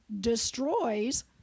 destroys